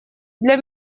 для